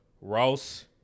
Ross